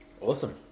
Awesome